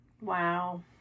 Wow